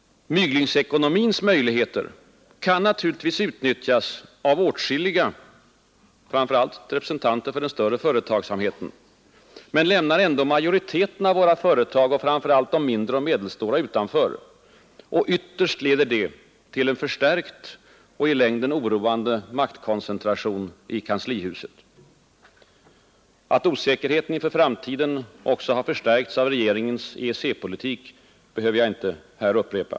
Myglingsekonomins möjligheter kan naturligtvis utnyttjas av åtskilliga, framför allt representanter för den större företagsamheten, men lämnar ändå majoriteten av våra företag och framför allt de mindre och medelstora utanför, och ytterst leder det till en förstärkt och i längden oroande maktkoncentration i kanslihuset. Att osäkerheten inför framtiden också har förstärkts av regeringens EEC-politik behöver jag här inte upprepa.